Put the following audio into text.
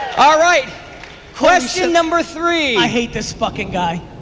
ah right question number three i hate this fucking guy.